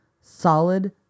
solid